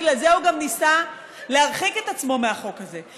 בגלל זה הוא גם ניסה להרחיק את עצמו מהחוק הזה,